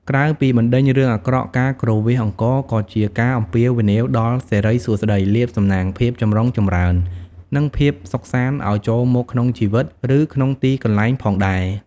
ក្រៅពីបណ្ដេញរឿងអាក្រក់ ការគ្រវាសអង្ករក៏ជាការអំពាវនាវដល់សិរីសួស្តី លាភសំណាង ភាពចម្រុងចម្រើន និងភាពសុខសាន្តឲ្យចូលមកក្នុងជីវិត ឬក្នុងទីកន្លែងផងដែរ។